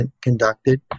conducted